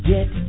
Get